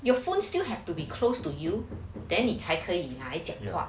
!huh! your phone still have to be close to use then 你才可以讲话 what's the point